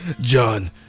John